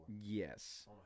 Yes